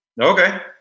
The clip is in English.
okay